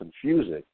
confusing